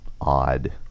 odd